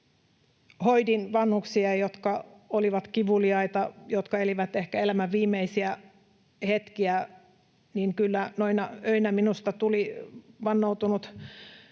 hoidin vanhuksia, jotka olivat kivuliaita, jotka elivät ehkä elämän viimeisiä hetkiä, kyllä noina öinä minusta tuli vannoutunut